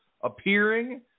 appearing